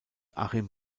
achim